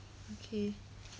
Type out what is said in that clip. okay